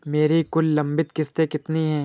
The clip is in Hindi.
मेरी कुल लंबित किश्तों कितनी हैं?